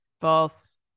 false